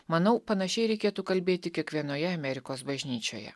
manau panašiai reikėtų kalbėti kiekvienoje amerikos bažnyčioje